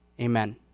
Amen